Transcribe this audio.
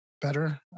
better